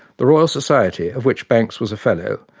the royal society, of which banks was a fellow,